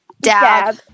Dab